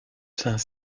saint